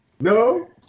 No